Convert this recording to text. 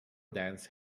dance